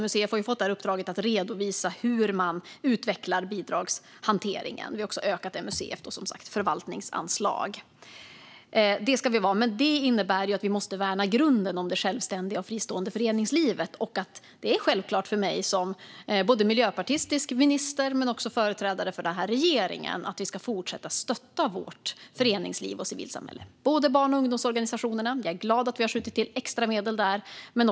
MUCF har ju fått ett uppdrag att redovisa hur man utvecklar bidragshanteringen, och vi har som sagt också ökat MUCF:s förvaltningsanslag. Vi måste värna grunden för det självständiga och fristående föreningslivet, och det är självklart för mig både som miljöpartistisk minister och regeringsföreträdare att vi ska fortsätta att stötta vårt föreningsliv och civilsamhället. Det gäller både det breda civilsamhället och barn och ungdomsorganisationerna, och jag är glad att vi har skjutit till extra medel till dem.